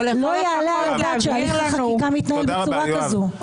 לא יעלה על הדעת שהליך החקיקה מתנהל בצורה כזו.